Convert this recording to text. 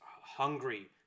hungry